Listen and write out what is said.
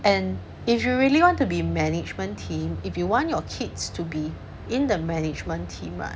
and if you really want to be management team if you want your kids to be in the management team right